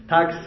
Tax